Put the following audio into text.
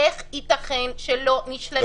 איך ייתכן שלא נשלל תקציב?